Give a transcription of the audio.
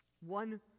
one